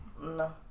No